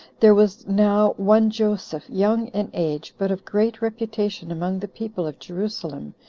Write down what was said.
there was now one joseph, young in age, but of great reputation among the people of jerusalem,